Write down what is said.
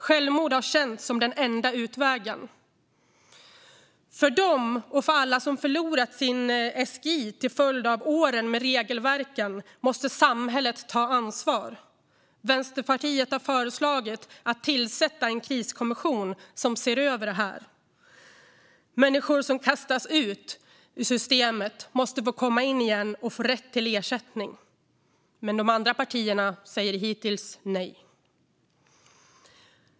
Självmord har känts som den enda utvägen. För dem och alla som har förlorat sin SGI till följd av åren med regelverket måste samhället ta ansvar. Vänsterpartiet har föreslagit att tillsätta en kriskommission som ser över det här. Människor som har kastats ut ur systemet måste få komma in igen och få rätt till ersättning. Men de andra partierna säger hittills nej.